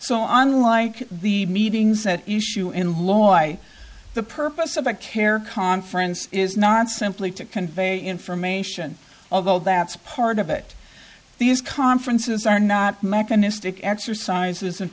so on like the meetings at issue in lloyd the purpose of a care conference is not simply to convey information although that's part of it these conferences are not mechanistic exercises and